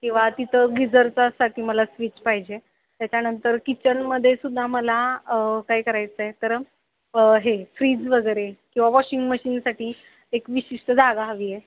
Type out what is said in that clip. किंवा तिथं गिजरचासाठी मला स्विच पाहिजे त्याच्यानंतर किचनमदेसुद्धा मला काय करायचं आहे तर हे फ्रीज वगैरे किंवा वॉशिंग मशीनसाठी एक विशिष्ट जागा हवी आहे